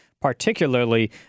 particularly